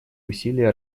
усилий